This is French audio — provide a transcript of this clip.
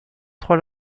trois